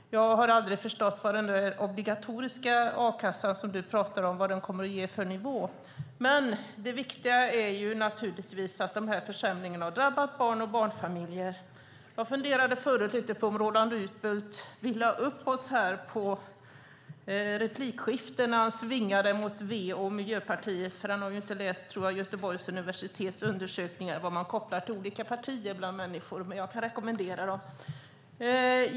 Jag har aldrig förstått vad den obligatoriska a-kassa som du talar om kommer att ge för nivå. Det viktiga är att dessa försämringar har drabbat barn och barnfamiljer. Jag funderade lite förut om Roland Utbult ville ha upp oss här på replikskiften när han svingade mot V och Miljöpartiet. Jag tror inte att han har läst Göteborgs universitets undersökningar om vad man kopplar till med olika partier. Jag kan rekommendera dem.